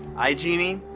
igenie,